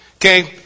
Okay